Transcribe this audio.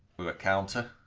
a counter